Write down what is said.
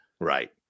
Right